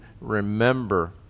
remember